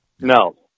no